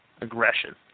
aggression